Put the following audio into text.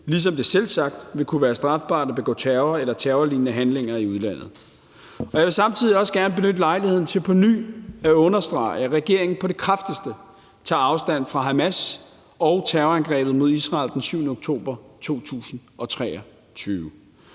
ligesom det selvsagt vil kunne være strafbart at begå terror eller terrorlignende handlinger i udlandet. Kl. 17:41 Jeg vil samtidig også gerne benytte lejligheden til på ny at understrege, at regeringen på det kraftigste tager afstand fra Hamas og terrorangrebet mod Israel den 7. oktober 2023.